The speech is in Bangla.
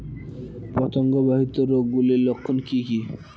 পতঙ্গ বাহিত রোগ গুলির লক্ষণ কি কি?